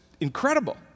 incredible